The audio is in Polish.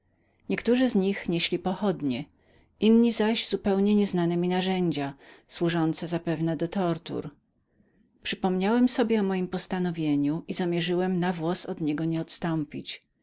niektórzy z nich nieśli pochodnie inni zaś zupełnie nieznane mi narzędzia służące zapewne do tortury przypomniałem sobie o mojem postanowieniu i zamierzyłem na włos nieodstąpić od niego